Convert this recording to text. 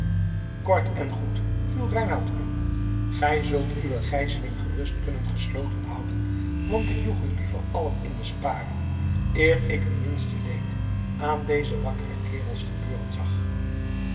kort en goed viel reinout in gij zult uw gijzeling gerust kunnen gesloten houden want ik joeg u liever allen in t sparen eer ik het minste leed aan deze wakkere kerels gebeuren zag